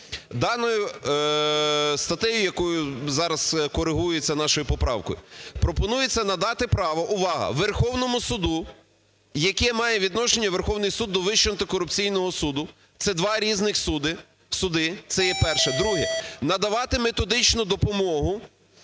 Даною статтею, яка зараз корегується нашою поправкою, пропонується надати право (увага!) Верховному Суду… яке має відношення Верховний Суд до Вищого антикорупційного суду? Це два різних суди. Це є перше. Друге. Надавати методичну допомогу